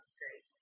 great